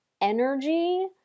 energy